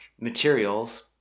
materials